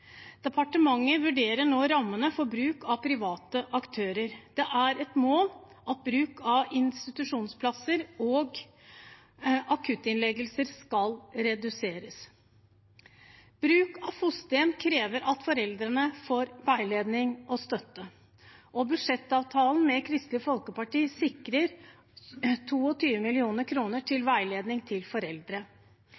Departementet vurderer nå rammene for bruk av private aktører. Det er et mål at bruk av institusjonsplasser og akuttinnleggelser skal reduseres. Bruk av fosterhjem krever at foreldrene får veiledning og støtte, og budsjettavtalen med Kristelig Folkeparti sikrer 22 mill. kr til